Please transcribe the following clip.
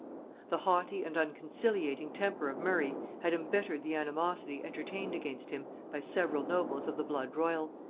the haughty and unconciliating temper of murray had embittered the animosity entertained against him by several nobles of the blood-royal,